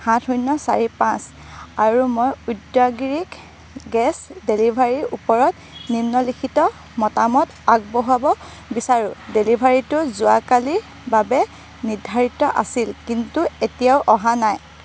সাত শূন্য চাৰি পাঁচ আৰু মই ঔদ্যোগিক গেছ ডেলিভাৰীৰ ওপৰত নিম্নলিখিত মতামত আগবঢ়াব বিচাৰোঁ ডেলিভাৰীটো যোৱাকালিৰ বাবে নিৰ্ধাৰিত আছিল কিন্তু এতিয়াও অহা নাই